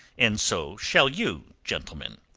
and so shall you, gentlemen.